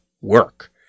work